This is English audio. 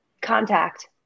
contact